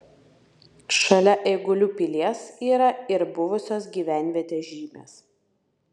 šalia eigulių pilies yra ir buvusios gyvenvietės žymės